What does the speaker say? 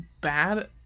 bad